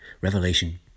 Revelation